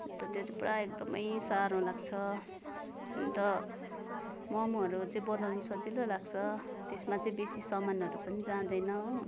अन्त त्यो चाहिँ पुरा एकदमै साह्रो लाग्छ अन्त मोमोहरू चाहिँ बनाउनु सजिलो लाग्छ त्यसमा चाहिँ बेसी सामानहरू पनि जाँदैन हो